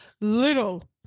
little